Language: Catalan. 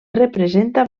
representa